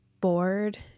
bored